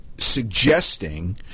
suggesting